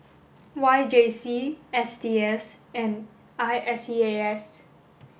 Y J C S T S and I S E A S